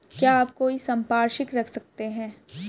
क्या आप कोई संपार्श्विक रख सकते हैं?